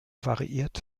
variiert